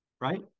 right